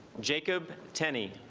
jacob tenny